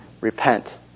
repent